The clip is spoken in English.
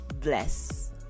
bless